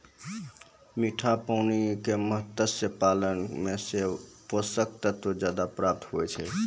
मीठा पानी मे मत्स्य पालन मे पोषक तत्व ज्यादा प्राप्त हुवै छै